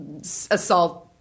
assault